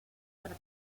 para